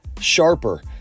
sharper